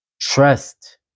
Trust